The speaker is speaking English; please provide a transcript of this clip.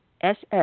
SS